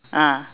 ah